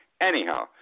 Anyhow